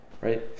right